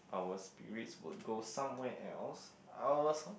our spirit will go somewhere ours so